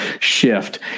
shift